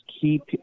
keep